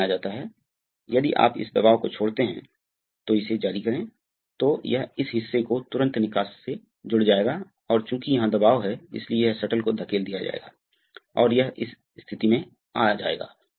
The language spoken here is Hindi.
अतः दिए गए पंप प्रवाह दर के साथ गति अधिक होगी अब अगर अंत में एक उच्च बल का सामना करना पड़ता है जो कि नहीं हो सकता है जो उस प्रवाह दर पर प्रमुख प्रस्तावक द्वारा समर्थित नहीं हो सकता है